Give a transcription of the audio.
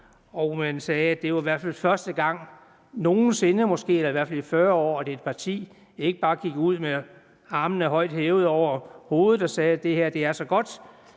Og man sagde, at det i hvert fald var første gang, måske nogen sinde eller i hvert fald i 40 år, at et parti ikke bare gik ud med armene højt hævet over hovedet og sagde: Det her er så godt.